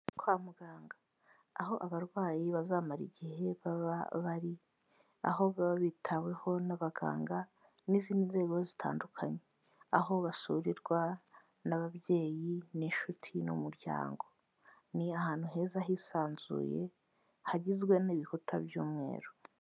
Kwa muganga aho abarwayi bazamara igihe baba bari, aho baba bitaweho n'abaganga n'izindi nzego zitandukanye, aho basurirwa n'ababyeyi n'inshuti n'umuryango. Ni ahantu heza hisanzuye hagizwe n'ibikuta by'umweru.